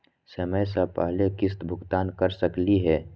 समय स पहले किस्त भुगतान कर सकली हे?